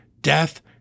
death